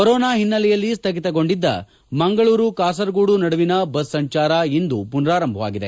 corona ಹಿನ್ನೆಲೆಯಲ್ಲಿ ಸ್ವಗಿತಗೊಂಡಿದ್ದ ಮಂಗಳೂರು ಕಾಸರಗೋದು ನಡುವಿನ ಬಸ್ ಸಂಚಾರ ಇಂದು ಪುನಾರಂಭವಾಗಿದೆ